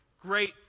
Great